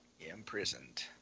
Imprisoned